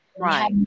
Right